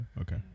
okay